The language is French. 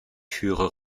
furent